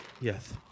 Yes